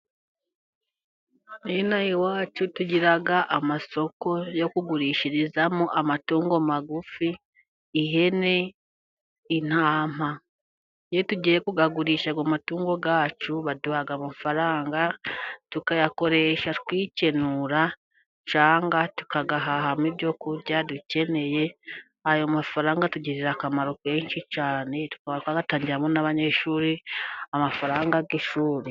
Ino aha iwacu tugira amasoko yo kugurishirizamo amatungo magufi ihene intama, iyo tugiye kuyagurisha ayo matungo yacu, baduha amafaranga tukayakoresha twikenura, cyangwa tukayahahamo ibyo kurya dukeneye, ayo mafaranga atugirira akamaro kenshi cyane tukaba twayatangiramo n'abanyeshuri amafaranga y'ishuri.